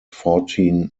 fourteen